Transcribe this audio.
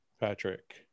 Patrick